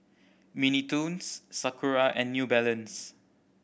Mini Toons Sakura and New Balance